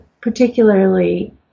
particularly